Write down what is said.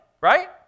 right